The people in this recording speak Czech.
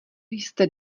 jste